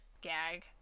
gag